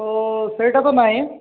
ଓ ସେଇଟା ତ ନାହିଁ